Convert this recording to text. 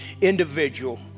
individual